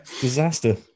Disaster